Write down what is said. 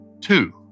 two